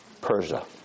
Persia